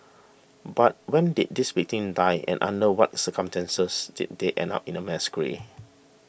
but when did these victims die and under what circumstances did they end up in a mass grave